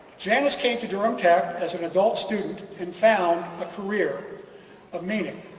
janice came to durham tech as an adult student and found a career of meaning.